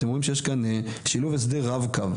אתם רואים שיש כאן שילוב הסדר רב-קו.